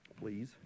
please